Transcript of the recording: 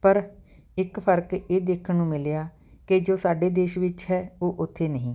ਪਰ ਇੱਕ ਫਰਕ ਇਹ ਦੇਖਣ ਨੂੰ ਮਿਲਿਆ ਕਿ ਜੋ ਸਾਡੇ ਦੇਸ਼ ਵਿੱਚ ਹੈ ਉਹ ਉੱਥੇ ਨਹੀਂ